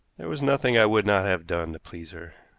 there was nothing i would not have done to please her.